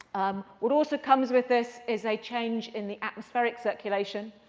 um what also comes with this is a change in the atmospheric circulation.